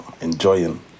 enjoying